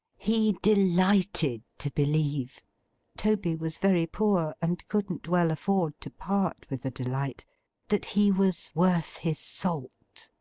he delighted to believe toby was very poor, and couldn't well afford to part with a delight that he was worth his salt.